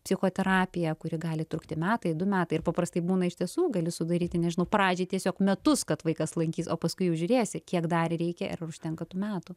psichoterapija kuri gali trukti metai du metai ir paprastai būna iš tiesų gali sudaryti nežinau pradžiai tiesiog metus kad vaikas lankys o paskui jau žiūrėsi kiek dar reikia ar užtenka tų metų